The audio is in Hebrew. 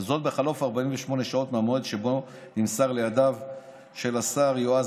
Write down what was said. וזאת בחלוף 48 שעות מהמועד שבו נמסר לידיו של השר יועז